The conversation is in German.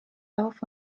auf